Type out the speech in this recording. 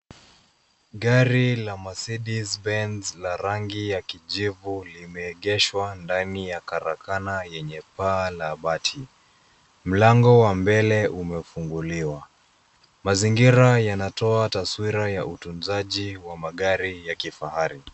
Gari la Mercedes Benz la rangi ya kijivu limeegeshwa ndani ya karakana yenye paa la bati. Mlango wa mbele umefunguliwa. Mazingira yanatoa taswira ya utunzaji wa magari ya kifahari.